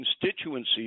constituency